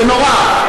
זה נורא.